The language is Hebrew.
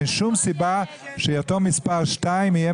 אין שום סיבה שיתום מספר שתיים יהיה